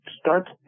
Start